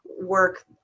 work